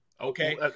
Okay